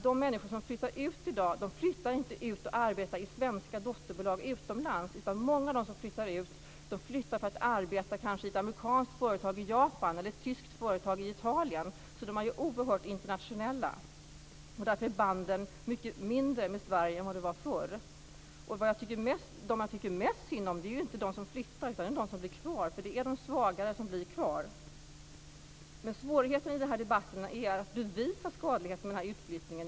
De människor som flyttar ut i dag gör det inte för att arbeta i svenska dotterbolag utomlands, utan många av dem som flyttar ut gör det för att kanske arbeta i ett amerikanskt företag i Japan eller i ett tyskt företag i Italien, så de är ju oerhört internationella. Därför är banden med Sverige mycket svagare än vad de var förr. De som jag tycker mest synd om är ju inte de som flyttar utan de som blir kvar, för det är de svagare som blir kvar. Svårigheten i den här debatten är att bevisa skadligheten med utflyttningen.